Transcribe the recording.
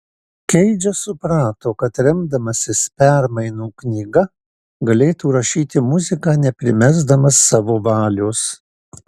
keidžas suprato kad remdamasis permainų knyga galėtų rašyti muziką neprimesdamas savo valios